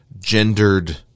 gendered